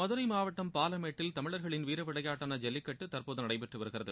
மதுரை மாவட்டம் பாலமேட்டில் தமிழர்களின் வீர விளையாட்டாள ஜல்லிக்கட்டு தற்போது நடைபெற்று வருகிறது